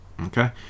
Okay